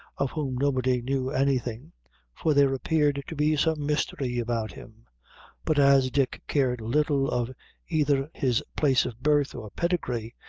of whom nobody knew anything for there appeared to be some mystery about him but as dick cared little of either his place of birth or pedigree,